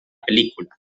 película